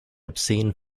obscene